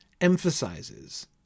emphasizes